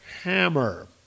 hammer